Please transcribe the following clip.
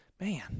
man